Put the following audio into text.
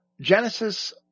Genesis